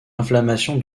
inflammation